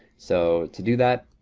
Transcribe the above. so, to do that